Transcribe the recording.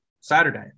Saturday